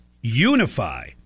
unify